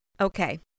Okay